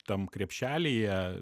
tam krepšelyje